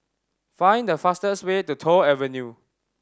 find the fastest way to Toh Avenue